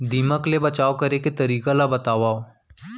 दीमक ले बचाव करे के तरीका ला बतावव?